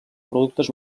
productes